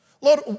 Lord